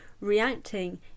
reacting